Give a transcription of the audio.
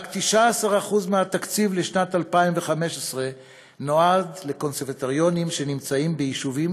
רק 19% מהתקציב לשנת 2015 נועד לקונסרבטוריונים שנמצאים ביישובים